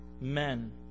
men